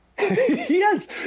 Yes